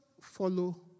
follow